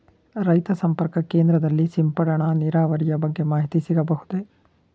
ರೈತ ಸಂಪರ್ಕ ಕೇಂದ್ರದಲ್ಲಿ ಸಿಂಪಡಣಾ ನೀರಾವರಿಯ ಬಗ್ಗೆ ಮಾಹಿತಿ ಸಿಗಬಹುದೇ?